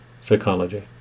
psychology